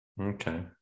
Okay